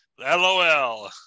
LOL